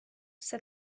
все